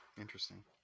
Interesting